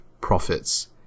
profits